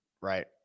right